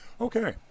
Okay